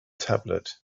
tablet